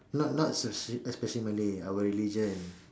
not not especially malay our religion